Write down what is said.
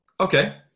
Okay